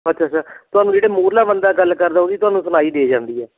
ਅੱਛਾ ਅੱਛਾ ਤੁਹਾਨੂੰ ਜਿਹੜਾ ਮੂਹਰਲਾ ਬੰਦਾ ਗੱਲ ਕਰਦਾ ਉਹ ਦੀ ਤੁਹਾਨੂੰ ਸੁਣਾਈ ਦੇ ਜਾਂਦੀ ਹੈ